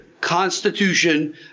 Constitution